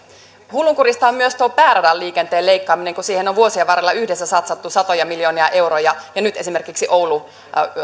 hullunkurista on myös tuo pääradan liikenteen leikkaaminen kun siihen on vuosien varrella yhdessä satsattu satoja miljoonia euroja ja nyt esimerkiksi oulu